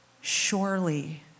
surely